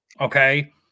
okay